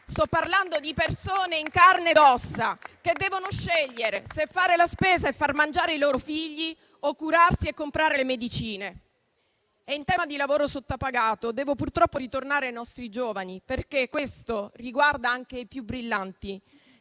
Sto parlando di persone in carne e ossa, che devono scegliere, se fare la spesa e far mangiare i loro figli o curarsi e comprare le medicine. In tema di lavoro sottopagato devo purtroppo ritornare ai nostri giovani, perché questo riguarda anche i più brillanti,